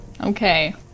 Okay